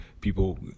people